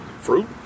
fruit